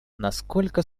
насколько